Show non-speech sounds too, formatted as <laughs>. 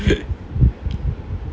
<laughs>